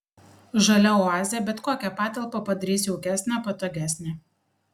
žalia oazė bet kokią patalpą padarys jaukesnę patogesnę